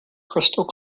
crystal